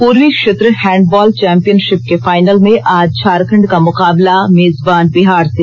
पूर्वी क्षेत्र hand ball championship के फाइनल में आज झारखंड का मुकाबला मेजबान बिहार से